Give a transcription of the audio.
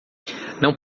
não